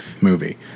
movie